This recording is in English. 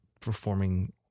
performing